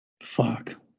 Fuck